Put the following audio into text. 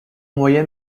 moyen